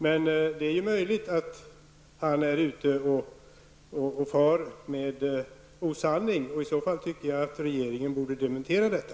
Men det är ju möjligt att han är ute och far med osanning, och i så fall tycker jag regeringen borde dementera detta.